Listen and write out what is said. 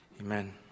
Amen